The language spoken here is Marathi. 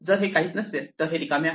जर हे काहीच नसेल तर हे रिकामे आहे